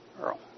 Earl